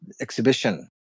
exhibition